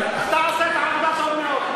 אתה עושה את העבודה טוב מאוד.